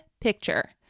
picture